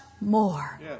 more